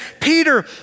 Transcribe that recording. Peter